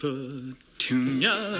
Petunia